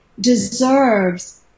deserves